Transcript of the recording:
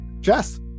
Jess